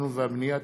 והבנייה (תיקון,